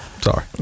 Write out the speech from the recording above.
sorry